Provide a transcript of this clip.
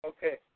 Okay